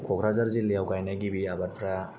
क'क्राझार जिल्लायाव गायनाय गिबि आबादफोरा